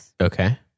Okay